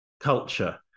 culture